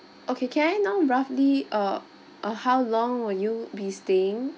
okay can I know roughly uh uh how long will you be staying